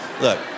look